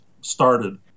started